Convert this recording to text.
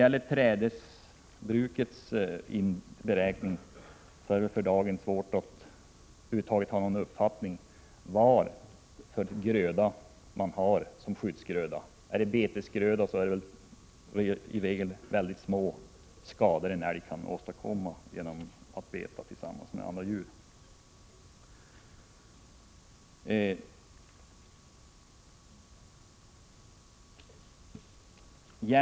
I fråga om trädesbruket är det svårt att för dagen ha någon uppfattning om 39 vilken gröda som är skyddsgröda. Vid betesgröda är det i regel små skador som en älg kan åstadkomma genom att beta tillsammans med andra djur.